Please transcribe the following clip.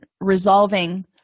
resolving